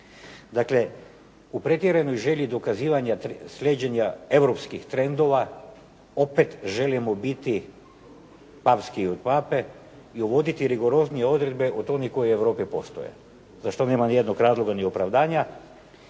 Dakle, u pretjeranoj želji dokazivanja slijeđenja europskih trendova opet želimo biti papskiji i od Pape i uvoditi rigoroznije odredbe od onih koje u Europi postoje, za što nema ni jednog razloga ni opravdanja